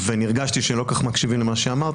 והרגשתי שלא כל כך מקשיבים למה שאמרתי,